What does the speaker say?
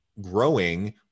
growing